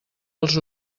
els